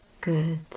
good